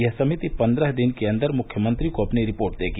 यह समिति पन्द्रह दिन के अंदर मुख्यमंत्री को अपनी रिपोर्ट देगी